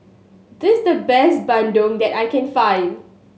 this is the best Bandung that I can find